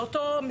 באותו,